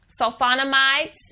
sulfonamides